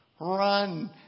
run